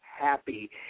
happy